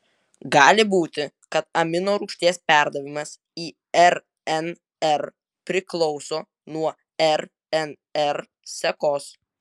gali būti kad aminorūgšties perdavimas į rnr priklauso nuo rnr sekos